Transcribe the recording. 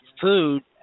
food